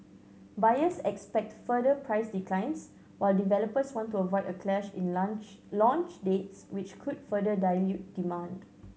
buyers expect further price declines while developers want to avoid a clash in lunch launch dates which could further dilute demand